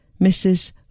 Mrs